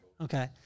okay